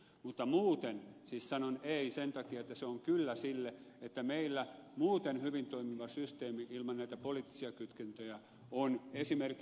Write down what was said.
mutta muuten siis sanon ei sen takia että se on kyllä sille että meillä muuten hyvin toimiva systeemi ilman näitä poliittisia kytkentöjä on esimerkillinen jopa eulle